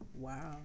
Wow